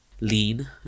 lean